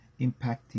Impacting